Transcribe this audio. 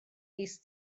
mis